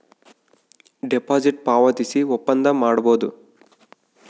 deposit ಪಾವತಿಸಿ ಒಪ್ಪಂದ ಮಾಡಬೋದು